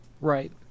Right